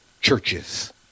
churches